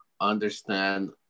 understand